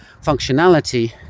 functionality